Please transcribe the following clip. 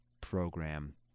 program